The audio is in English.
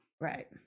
Right